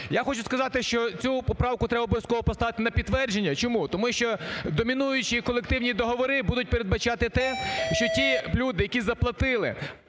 Я хочу сказати, що цю поправку треба обов'язково поставити на підтвердження. Чому, тому що домінуючі колективні договори будуть передбачати те, що ті люди, які заплатили,